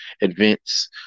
events